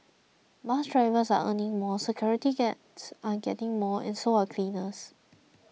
bus drivers are earning more security guards are getting more and so are cleaners